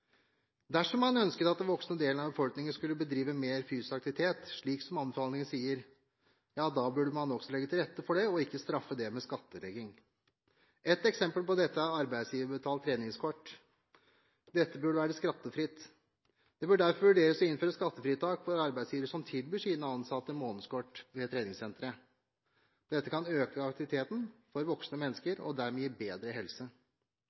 Dersom man ønsket at den voksne delen av befolkningen skulle bedrive mer fysisk aktivitet, slik som anbefalingene sier, burde man også legge til rette for det og ikke straffe det med skattlegging. Et eksempel på dette er arbeidsgiverbetalt treningskort. Dette burde være skattefritt. Det bør derfor vurderes å innføre skattefritak for arbeidsgivere som tilbyr sine ansatte månedskort ved treningssentre. Dette kan øke aktiviteten for voksne mennesker og dermed gi bedre helse.